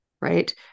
right